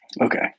Okay